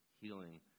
healing